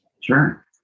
Sure